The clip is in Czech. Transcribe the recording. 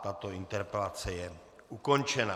Tato interpelace je ukončena.